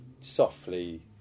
softly